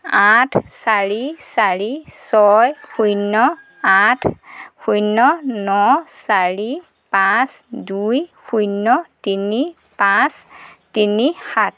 আঠ চাৰি চাৰি ছয় শূন্য আঠ শূন্য ন চাৰি পাঁচ দুই শূন্য তিনি পাঁচ তিনি সাত